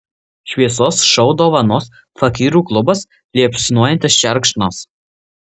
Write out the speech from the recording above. šviesos šou dovanos fakyrų klubas liepsnojantis šerkšnas